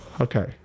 Okay